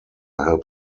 help